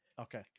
Okay